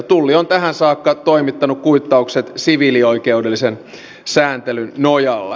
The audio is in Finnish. tulli on tähän saakka toimittanut kuittaukset siviilioikeudellisen sääntelyn nojalla